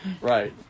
right